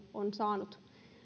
on saatu